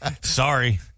Sorry